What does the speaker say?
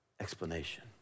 explanation